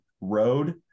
road